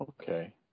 Okay